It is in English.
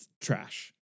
trash